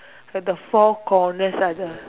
like the four corners at the